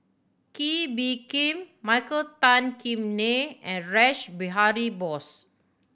Kee Bee Khim Michael Tan Kim Nei and Rash Behari Bose